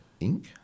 Inc